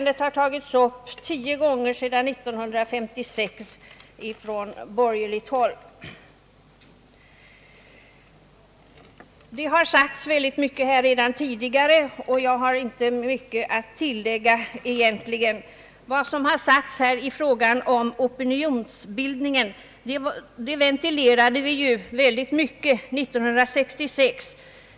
Det har redan tidigare sagts väldigt mycket här, och jag har egentligen inte mycket att tillägga. Opinionsbildningen ventilerade vi ingående år 1966.